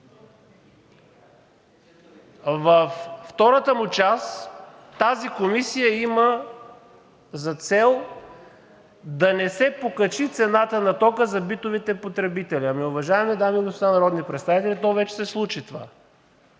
Във втората му част – тази комисия има за цел да не се покачи цената на тока за битовите потребители. Уважаеми дами и господа народни представители, то вече се случи това.